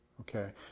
Okay